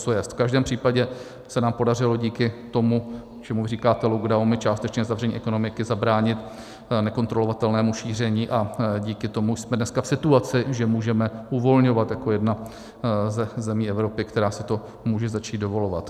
V každém případě se nám podařilo díky tomu, čemu říkáte lockdown, my částečné zavření ekonomiky, zabránit nekontrolovatelnému šíření a díky tomu jsme dneska v situaci, že můžeme uvolňovat jako jedna ze zemí Evropy, která si to může začít dovolovat.